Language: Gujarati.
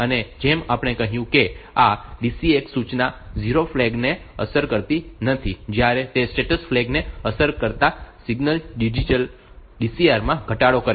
અને જેમ આપણે કહ્યું કે આ DCX સૂચના 0 ફ્લેગને અસર કરતી નથી જ્યારે તે સ્ટેટસ ફ્લેગ ને અસર કરતા સિંગલ ડિજિટ DCRમાં ઘટાડો કરે છે